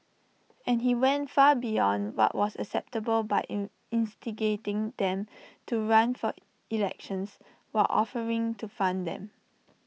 and he went far beyond what was acceptable by in instigating them to run for elections while offering to fund them